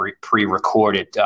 pre-recorded